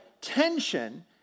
tension